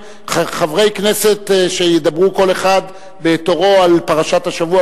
חברי כנסת שידברו כל אחד בתורו על פרשת השבוע.